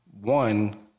one